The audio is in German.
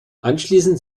anschließend